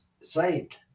saved